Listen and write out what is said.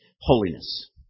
Holiness